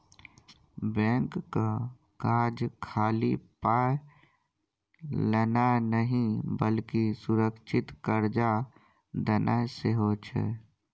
बैंकक काज खाली पाय लेनाय नहि बल्कि सुरक्षित कर्जा देनाय सेहो छै